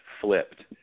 flipped